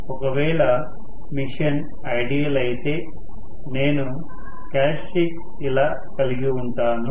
ఒకవేళ mission ideal అయితే నేను క్యారెక్టర్ స్టిక్స్ ఇలా కలిగి ఉంటాను